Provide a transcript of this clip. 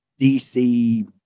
DC